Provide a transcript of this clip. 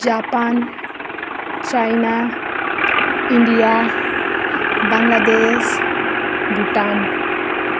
Japan China India Bangladesh Bhutan